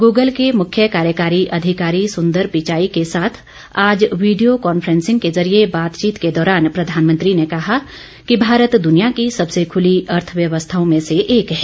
Google के मुख्य कार्यकारी अधिकारी सुंदर पिचाई के साथ आज वीडियो कॉन्फ्रेंसिंग के जरिए बातचीत के दौरान प्रधानमंत्री ने कहा कि भारत दुनिया की सबसे खूली अर्थव्यवस्थाओं में से एक है